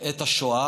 את נושא השואה.